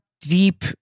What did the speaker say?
deep